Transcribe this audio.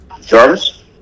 Jarvis